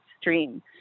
stream